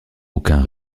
aucun